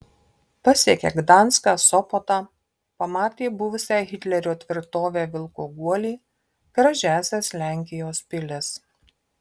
pasiekia gdanską sopotą pamatė buvusią hitlerio tvirtovę vilko guolį gražiąsias lenkijos pilis